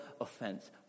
offense